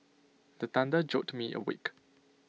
the thunder jolt me awake